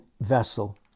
vessel